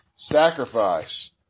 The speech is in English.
Sacrifice